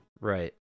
Right